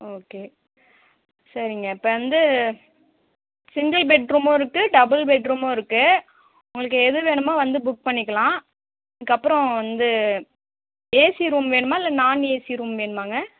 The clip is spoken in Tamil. ஓகே சரிங்க இப்போ வந்து சிங்கிள் பெட்ரூமும் இருக்கு டபுள் பெட்ரூமும் இருக்கு உங்களுக்கு எது வேணுமோ வந்து புக் பண்ணிக்கலாம் அதுக்கப்புறம் வந்து ஏசி ரூம் வேணுமா இல்லை நான் ஏசி ரூம் வேணுமாங்க